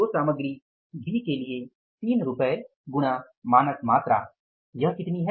तो सामग्री B के लिए 3 रुपए गुणा मानक मात्रा यह कितनी है